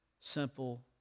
simple